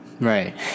right